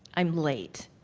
i'm late.